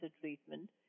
treatment